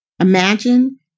Imagine